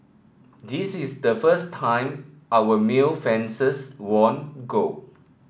this is the first time our male fencers won gold